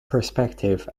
perspective